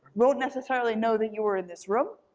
won't necessarily know that you were in this room.